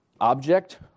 object